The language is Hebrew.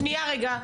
סליחה.